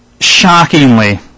shockingly